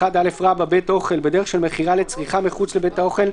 "(1א) בית אוכל ־ בדרך של מכירה לצריכה מחוץ לבית האוכל,